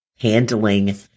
handling